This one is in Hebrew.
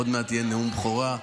עוד מעט יהיה נאום בכורה,